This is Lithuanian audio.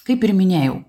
kaip ir minėjau